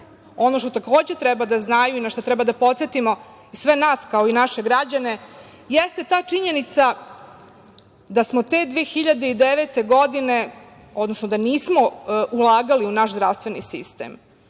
Ono što, takođe, treba da znaju i na šta treba da podsetimo sve nas, kao i naše građane, jeste ta činjenica da nismo te 2009. godine ulagali u naš zdravstveni sistem.